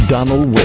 Donald